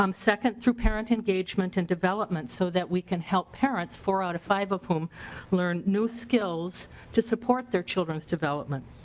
um second through engagement and development so that we can help parents four out of five of whom learn new skills to support their children's development.